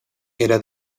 era